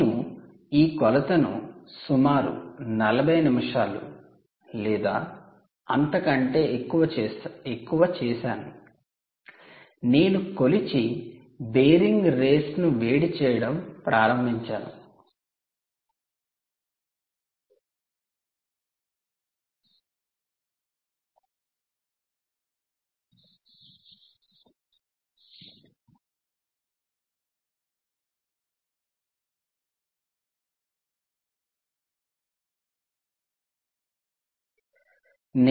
నేను ఈ కొలతను సుమారు 40 నిమిషాలు లేదా అంతకంటే ఎక్కువ చేశాను నేను కొలిచి 'బేరింగ్ రేసు'ను వేడి చేయడం ప్రారంభించాను